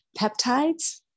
peptides